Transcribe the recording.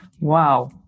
Wow